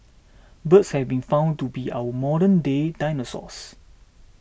birds have been found to be our modernday dinosaurs